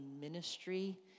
ministry